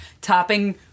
Topping